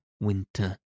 winter